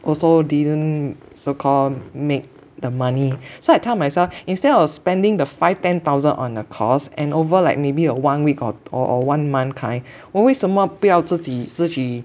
also didn't so call make the money so I tell myself instead of spending the five ten thousand on a course and over like maybe a one week or or one month kind 我为什么不要自己自己